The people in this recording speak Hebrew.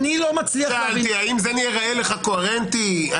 שאלתי האם זה נראה לך קוהרנטי,